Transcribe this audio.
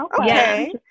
Okay